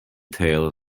tail